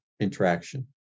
interaction